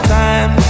time